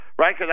right